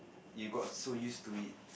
you got so used to it